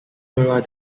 merah